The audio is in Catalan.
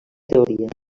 teoria